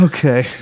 Okay